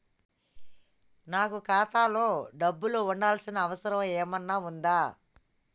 నాకు ఖాతాలో డబ్బులు ఉంచాల్సిన అవసరం ఏమన్నా ఉందా?